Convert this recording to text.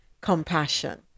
compassion